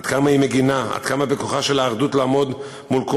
עד כמה בכוחה של האחדות לעמוד מול כל